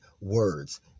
words